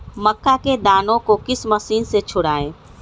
मक्का के दानो को किस मशीन से छुड़ाए?